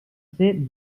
ser